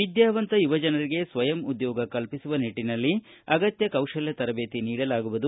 ವಿದ್ಯಾವಂತ ಯುವಜನರಿಗೆ ಸ್ವಯಂ ಉದ್ಯೋಗ ಕಲ್ಪಿಸುವ ನಿಟ್ಟನಲ್ಲಿ ಅಗತ್ಯ ಕೌಶಲ್ಯ ತರಬೇತಿ ನೀಡಲಾಗುವುದು